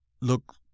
look